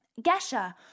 Gesha